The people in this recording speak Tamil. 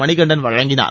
மணிகண்டன் வழங்கினார்